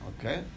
Okay